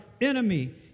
enemy